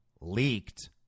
leaked